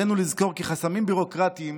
עלינו לזכור כי חסמים ביורוקרטיים